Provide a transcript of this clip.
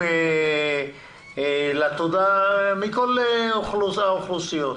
לתודה מכל האוכלוסיות.